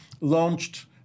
launched